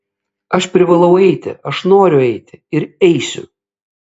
aš privalau eiti aš noriu eiti ir eisiu